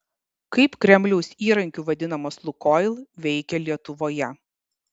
kaip kremliaus įrankiu vadinamas lukoil veikė lietuvoje